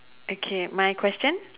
okay my question